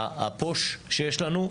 הפוש שיש לנו.